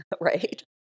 Right